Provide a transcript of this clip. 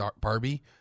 Barbie